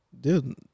Dude